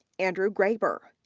andrew graber,